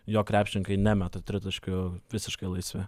jo krepšininkai nemeta tritaškių visiškai laisvi